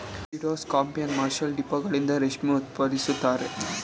ಸ್ಕಿಡ್ಡೋ scorpion, mussel, ಡಿಪ್ಲುರಗಳಿಂದ ರೇಷ್ಮೆ ಉತ್ಪಾದಿಸುತ್ತಾರೆ